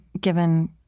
given